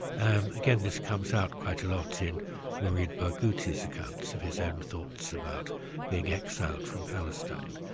um again this comes out quite a lot in mourid barghouti's accounts of his own thoughts about being exiled from palestine.